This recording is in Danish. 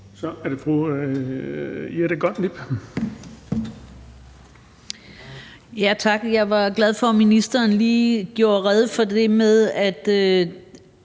Kl. 13:33 Jette Gottlieb (EL): Tak. Jeg var glad for, at ministeren lige gjorde rede for det med, at